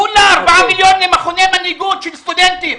כולה 4 מיליון למכוני מנהיגות של סטודנטים,